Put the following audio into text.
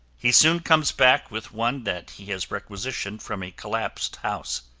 he soon comes back with one that he has requisitioned from a collapsed house.